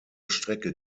strecke